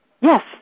Yes